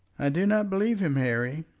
i do not believe him, harry.